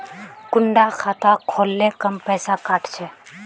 कुंडा खाता खोल ले कम पैसा काट छे?